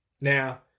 Now